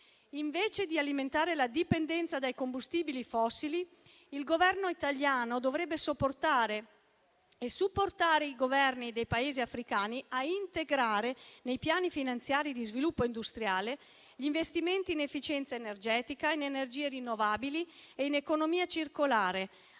Invece di alimentare la dipendenza dai combustibili fossili, il Governo italiano dovrebbe supportare i Governi dei Paesi africani ad integrare nei piani finanziari di sviluppo industriale gli investimenti in efficienza energetica, in energie rinnovabili e in economia circolare,